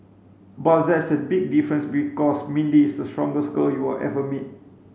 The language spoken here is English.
but there's a big difference because Mindy is the strongest girl you will ever meet